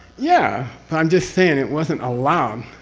yeah, i'm just saying it wasn't allowed.